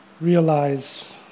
realize